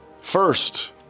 First